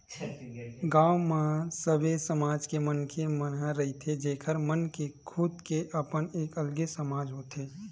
गाँव म सबे समाज के मनखे मन ह रहिथे जेखर मन के खुद के अपन एक अलगे समाज होथे